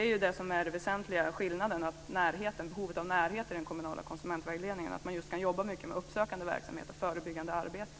Det är den goda närheten i den kommunala konsumentvägledningen som är den väsentliga skillnaden, att man kan jobba mycket med just uppsökande verksamhet och förebyggande arbete.